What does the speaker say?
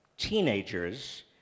teenagers